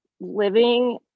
living